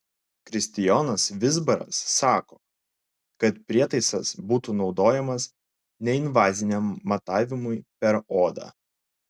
kristijonas vizbaras sako kad prietaisas būtų naudojamas neinvaziniam matavimui per odą